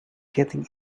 getting